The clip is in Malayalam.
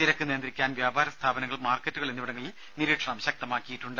തിരക്ക് നിയന്ത്രിക്കുവാൻ വ്യാപാരസ്ഥാപനങ്ങൾ മാർക്കറ്റുകൾ എന്നിവിടങ്ങളിൽ നിരീക്ഷണം ശക്തമാക്കിയിട്ടുണ്ട്